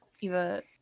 eva